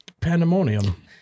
pandemonium